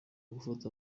gufata